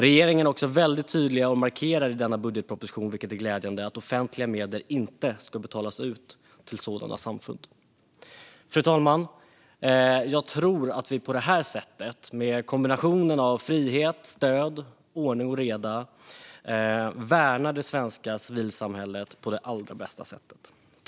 Regeringen är också väldigt tydlig med att i denna budgetproposition markera, vilket är glädjande, att offentliga medel inte ska betalas ut till sådana samfund. Fru talman! Jag tror att vi på detta sätt, med en kombination av frihet, stöd, ordning och reda, värnar det svenska civilsamhället på det allra bästa sättet.